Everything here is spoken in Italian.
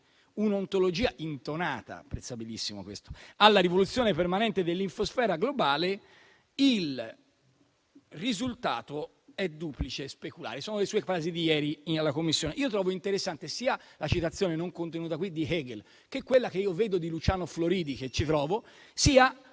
questo - «alla rivoluzione permanente dell'infosfera globale» il risultato è duplice e speculare. Sono le sue frasi di ieri in Commissione. Io trovo interessante sia la citazione, non contenuta qui, di Hegel; sia quella, che trovo, di Luciano Floridi; sia